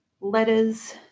letters